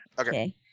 Okay